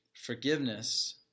forgiveness